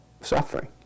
suffering